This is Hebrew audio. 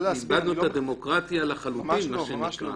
שאיבדנו את הדמוקרטיה לחלוטין, מה שנקרא.